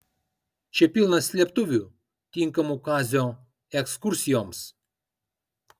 čia pilna slėptuvių tinkamų kazio ekskursijoms